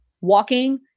walking